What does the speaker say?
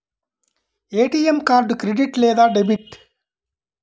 ATM card credit లేదా debit?